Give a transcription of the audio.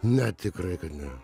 ne tikrai kad ne